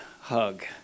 Hug